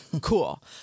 Cool